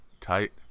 tight